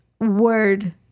word